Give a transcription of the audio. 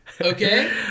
Okay